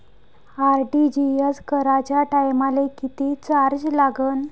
RTGS कराच्या टायमाले किती चार्ज लागन?